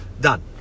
Done